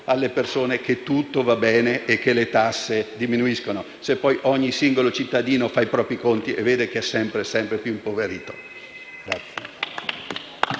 alle persone che tutto va bene e che le tasse diminuiscono, perché ogni singolo cittadino fa i propri conti e vede che è sempre più impoverito!